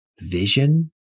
vision